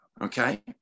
okay